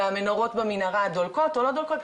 והמנורות במנהרה דולקות או לא דולקות.